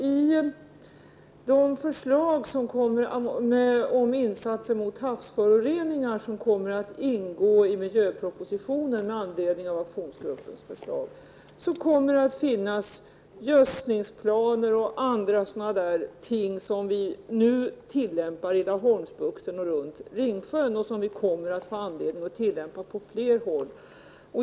I de förslag om insatser mot havsföroreningar som kommer att ingå i miljöpropositionen med anledning av aktionsgruppens förslag ingår gödslingsplaner och annat som nu tillämpas i Laholmsbukten och runt Ringsjön. Dessa planer kommer vi att få anledning att tillämpa på fler håll.